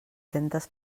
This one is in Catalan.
centes